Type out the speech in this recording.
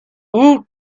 woot